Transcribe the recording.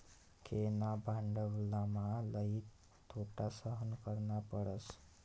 खेळणा भांडवलमा लई तोटा सहन करना पडस